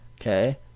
Okay